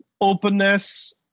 openness